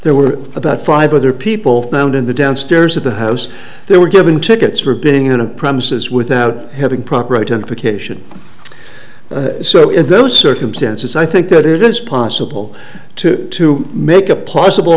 were about five other people found in the downstairs of the house they were giving tickets for being in a premises without having proper identification so in those circumstances i think that it is possible to to make a plausible